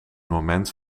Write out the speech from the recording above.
moment